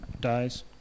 dies